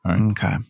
Okay